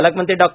पालकमंत्री डॉ